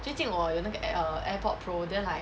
最近我有那个 air err airpods pro then like